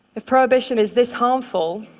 if prohibition is this harmful,